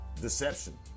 deception